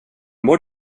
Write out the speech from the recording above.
more